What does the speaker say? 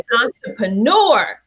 entrepreneur